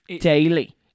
Daily